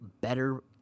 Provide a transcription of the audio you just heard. better